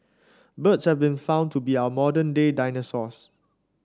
birds have been found to be our modern day dinosaurs